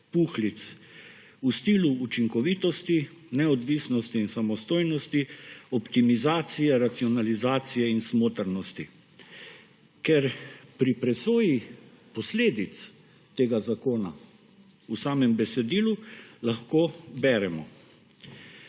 puhlic v stilu učinkovitosti, neodvisnosti in samostojnosti, optimizacije, racionalizacije in smotrnosti. Ker pri presoji posledic tega zakona v samem besedilu lahko beremo: